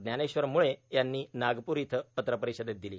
ज्ञानेश्वर मुळे यांनी आज नागपूर इथं पत्रपरिषदेत दिली